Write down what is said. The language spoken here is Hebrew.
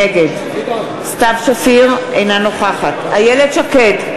נגד סתיו שפיר, אינה נוכחת איילת שקד,